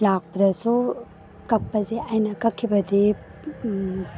ꯂꯥꯛꯄꯗꯁꯨ ꯀꯛꯄꯁꯦ ꯑꯩꯅ ꯀꯛꯈꯤꯕꯗꯤ